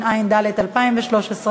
התשע"ד 2013,